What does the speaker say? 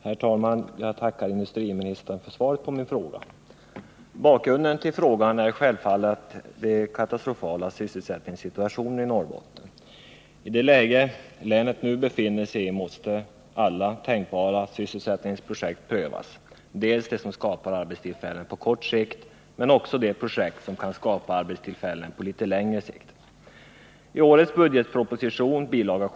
Herr talman! Jag tackar industriministern för svaret på min fråga. Bakgrunden till frågan är självfallet den katastrofala sysselsättningssituationen i Norrbotten. I det läge länet nu befinner sig i måste alla tänkbara sysselsättningsprojekt prövas. Det gäller inte bara de projekt som skapar arbetstillfällen på kort sikt utan också de som kan skapa arbetstillfällen på litet längre sikt. I årets budgetproposition kan man i bil.